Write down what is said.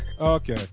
Okay